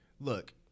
Look